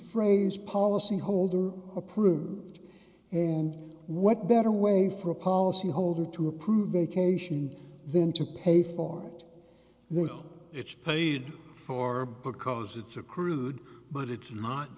phrase policy holder approved and what better way for a policy holder to approve vacation then to pay for it that it's paid for because it's accrued but it's not